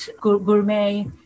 gourmet